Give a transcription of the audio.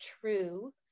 true